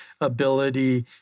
ability